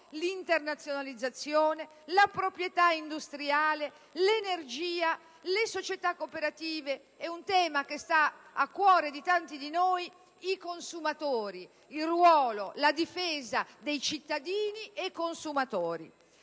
l'internazionalizzazione, la proprietà industriale, l'energia, le società cooperative e - tema che sta a cuore a tanti di noi - i consumatori, il ruolo e la difesa dei cittadini e dei consumatori.